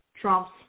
trumps